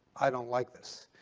i don't like this,